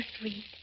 sweet